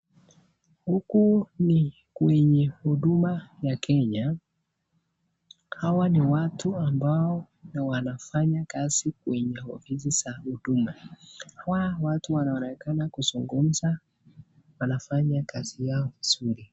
Huku ni kwenye huduma ya kenya hawa ni watu ambao wanafanya kazi kwenye ofisi za huduma hawa watu wanaonekana kuzungumza wafanya kazi yao vizuri.